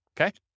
Okay